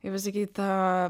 kaip pasakyt tą